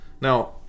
Now